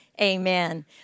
amen